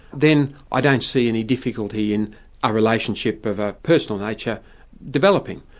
then i don't see any difficulty in a relationship of a personal nature developing.